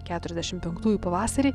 keturiasdešimt penktųjų pavasarį